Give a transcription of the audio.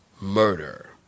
murder